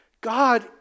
God